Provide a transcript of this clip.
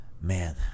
man